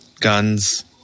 guns